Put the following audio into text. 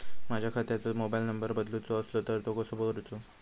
माझ्या खात्याचो mobile number बदलुचो असलो तर तो कसो करूचो?